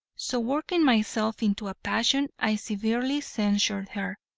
so working myself into a passion i severely censured her,